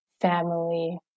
family